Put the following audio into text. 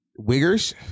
Wiggers